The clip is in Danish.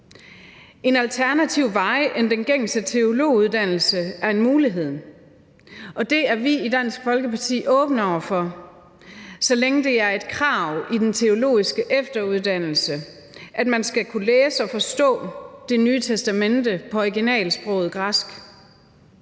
En alternativ vej til den gængse teologiuddannelse er en mulighed, og det er vi i Dansk Folkeparti åbne over for, så længe det er et krav i den teologiske efteruddannelse, at man skal kunne læse og forstå Det Nye Testamente på originalsproget græsk.